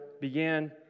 began